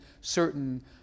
certain